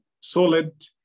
solid